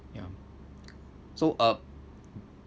ya so uh